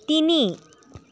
তিনি